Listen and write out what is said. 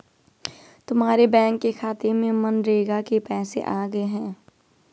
तुम्हारे बैंक के खाते में मनरेगा के पैसे आ गए हैं